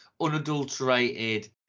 unadulterated